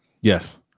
Yes